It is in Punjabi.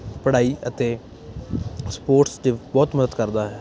ਪੜ੍ਹਾਈ ਅਤੇ ਸਪੋਰਟਸ ਦੇ ਬਹੁਤ ਮਦਦ ਕਰਦਾ ਹੈ